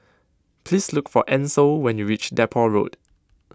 please look for Ansel when you reach Depot Road